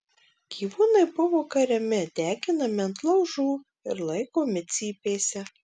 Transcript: gyvūnai buvo kariami deginami ant laužų ir laikomi cypėse